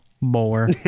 more